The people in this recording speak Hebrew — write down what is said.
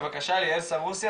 בבקשה, ליאל סרוסי.